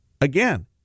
Again